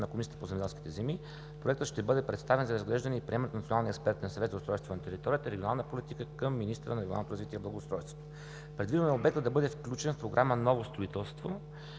на Комисията по земеделските земи, Проектът ще бъде представен за разглеждане и приемане от Националния експертен съвет за устройство на територията и регионална политика към министъра на регионалното развитие и благоустройството. Предвидено е обектът да бъде включен в програма „Ново строителство“